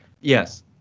Yes